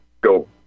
go